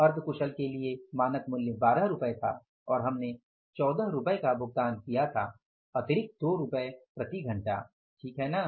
अर्ध कुशल के लिए मानक मूल्य 12 था और हमने 14 का भुगतान किया था अतिरिक्त 2 रुपये प्रति घंटा ठीक है ना